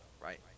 right